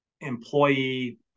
employee